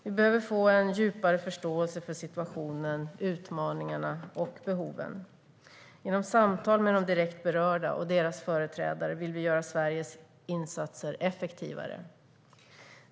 Vi behöver få en djupare förståelse för situationen, utmaningarna och behoven. Genom samtal med de direkt berörda och deras företrädare vill vi göra Sveriges insatser effektivare.